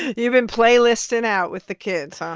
you've been playlisting out with the kids, huh?